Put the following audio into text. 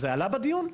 זה עלה בדיון?